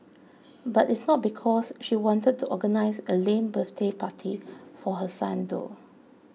but it's not because she wanted to organise a lame birthday party for her son though